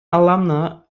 alumna